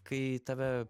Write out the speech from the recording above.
kai tave